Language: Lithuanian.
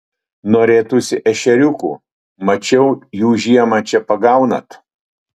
norėtųsi ešeriukų mačiau jų žiemą čia pagaunant